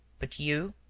but you?